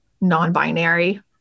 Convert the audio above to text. non-binary